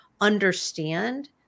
understand